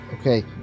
Okay